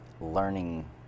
learning